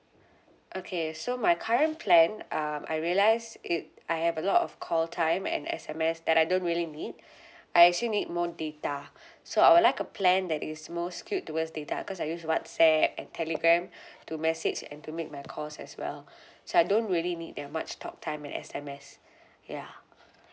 okay so my current plan um I realise it I have a lot of call time and S_M_S that I don't really need I actually need more data so I would like a plan that is most geared towards data cause I use to WhatsApp and Telegram to message and to make my call as well so I don't really need that much talk time and S_M_S ya